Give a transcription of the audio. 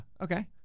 Okay